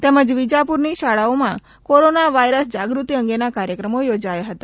તેમજ વિજાપુરની શાળાઓમાં કોરોના વાયરસ જાગૃતિ અંગેના કાર્યક્રમો યોજાયા હતા